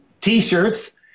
T-shirts